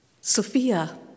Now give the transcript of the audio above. Sophia